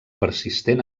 persistent